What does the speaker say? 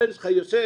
הבן שלך יושב